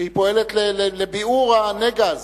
שהיא פועלת לביעור הנגע הזה.